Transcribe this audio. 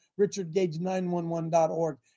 richardgage911.org